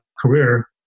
career